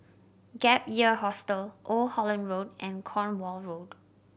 Gap Year Hostel Old Holland Road and Cornwall Road